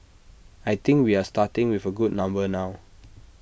I think we are starting with A good number now